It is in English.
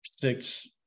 six